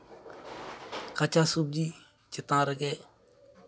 ᱠᱟᱸᱪᱟ ᱥᱚᱵᱡᱤ ᱪᱮᱛᱟᱱ ᱨᱮᱜᱮ